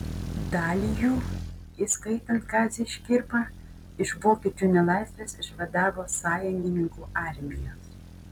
dalį jų įskaitant kazį škirpą iš vokiečių nelaisvės išvadavo sąjungininkų armijos